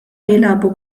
jilagħbu